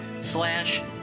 slash